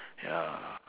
ya